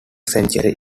century